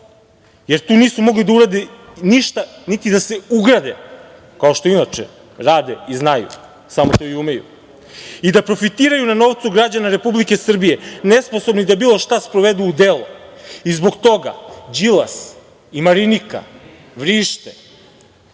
jer tu nisu mogli da urade ništa, niti da se ugrade kao što inače rade i znaju, samo to i umeju i da profitiraju na novcu građana Republike Srbije, nesposobni da bilo šta sprovedu u delo. Zbog toga Đilas i Marinika vrište.Za